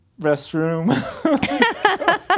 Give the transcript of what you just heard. Restroom